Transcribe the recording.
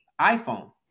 iPhone